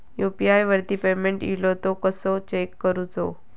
UPI वरती payment इलो तो कसो चेक करुचो?